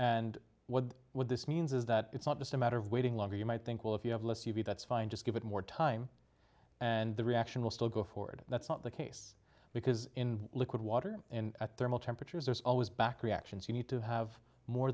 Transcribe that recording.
and what what this means is that it's not just a matter of waiting longer you might think well if you have less u v that's fine just give it more time and the reaction will still go forward that's not the case because in liquid water and at thermal temperatures there's always back reactions you need to have more